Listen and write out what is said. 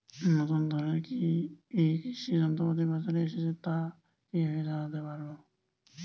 নতুন ধরনের কি কি কৃষি যন্ত্রপাতি বাজারে এসেছে তা কিভাবে জানতেপারব?